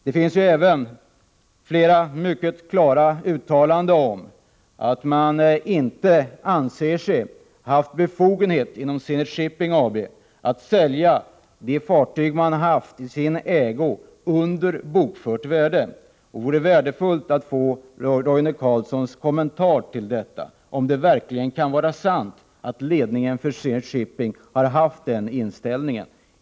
Det finns även flera mycket klara uttalanden om att man inom Zenit Shipping AB inte ansett sig ha haft befogenhet att sälja de fartyg man haft i sin ägo under bokfört värde. Det vore värdefullt att få Roine Carlssons kommentar till detta. Kan det verkligen vara sant att ledningen för Zenit Shipping har haft den inställningen?